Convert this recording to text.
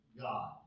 God